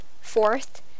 Fourth